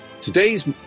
today's